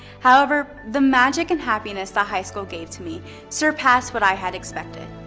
however, the magic and happiness the high school gave to me surpassed what i had expected.